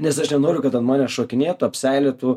nes aš nenoriu kad ant manęs šokinėtų apseilėtų